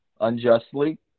unjustly